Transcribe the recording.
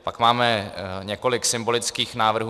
Pak máme několik symbolických návrhů.